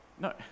no